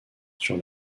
sur